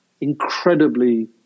incredibly